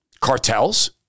Cartels